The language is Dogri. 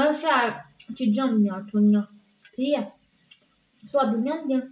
ना शैल चीजां होंदियां उत्थुूं दियां ठीक ऐ सुआदलीदली होंदियां